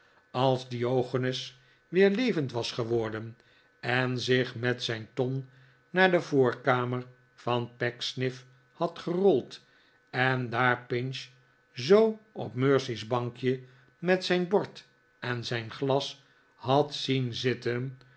als diogenes weer levend was geworden en zich met zijn ton naar de voorkamer van pecksniff had gerold en daar pinch zoo op mercy's bankje met zijn bord en zijn glas had zien zitten